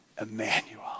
Emmanuel